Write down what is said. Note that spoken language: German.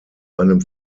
einem